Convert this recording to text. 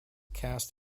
cast